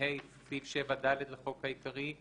(ה)סעיף 7ד לחוק העיקרי,